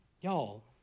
Y'all